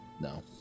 No